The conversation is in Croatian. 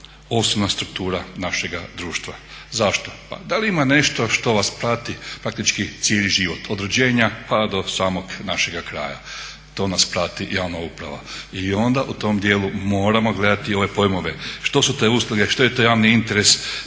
osnovna struktura našega društva. Zašto? Pa da li ima nešto što vas prati praktički cijeli život od rođenja pa do samog našega kraja? To nas prati javna uprava. I onda u tom dijelu moramo gledati i ove pojmove što su te usluge, što je to javni interes da